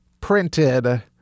printed